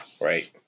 Right